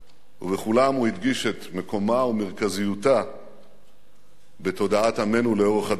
ובכולם הוא הדגיש את מקומה ומרכזיותה בתודעת עמנו לאורך הדורות.